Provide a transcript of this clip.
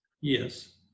Yes